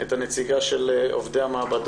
את אסתר אדמון הנציגה של עובדי המעבדות.